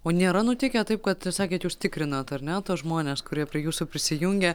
o nėra nutikę taip kad sakėt jūs tikrinat ar ne tuos žmones kurie prie jūsų prisijungia